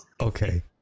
Okay